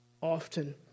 often